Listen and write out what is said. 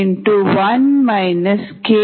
Dm m1 KsKsSi0